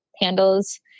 handles